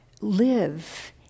live